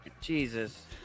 Jesus